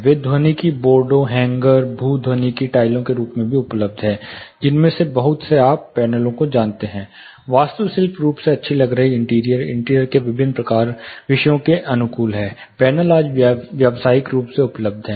वे ध्वनिकी बोर्डों हैंगर भू ध्वनिकी टाइलों के रूप में भी उपलब्ध हैं जिनमें से बहुत से आप पैनलों को जानते हैं वास्तुशिल्प रूप से अच्छी लग रही इंटीरियर इंटीरियर के विभिन्न विषयों के अनुकूल हैं पैनल आज व्यावसायिक रूप से उपलब्ध हैं